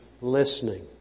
listening